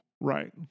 Right